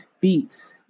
beats